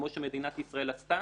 כמו שמדינת ישראל עשתה,